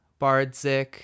Bardzik